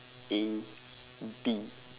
A D